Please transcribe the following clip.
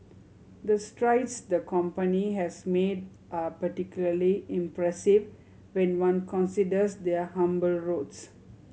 the strides the company has made are particularly impressive when one considers their humble roots